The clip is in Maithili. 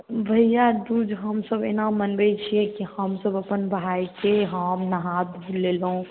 भैआदूज हमसब एना मनबैत छियै कि हमसब अपन भायके हम नहा धो लेलहुँ